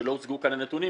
שלא הוצגו כאן הנתונים,